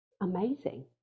amazing